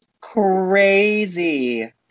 crazy